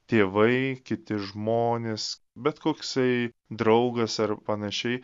tėvai kiti žmonės bet koksai draugas ar panašiai